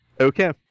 Okay